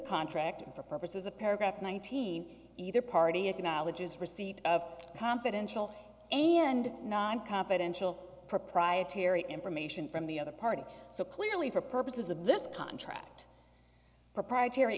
contract for purposes of paragraph nineteen either party acknowledges receipt of confidential and non confidential proprietary information from the other party so clearly for purposes of this contract proprietary